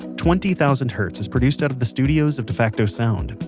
twenty thousand hertz is produced out of the studios of defacto sound,